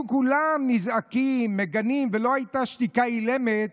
כולם היו נזעקים, מגנים, ולא הייתה שתיקה אילמת,